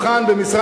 הצבעה במועד אחר.